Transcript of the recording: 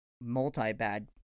multi-bad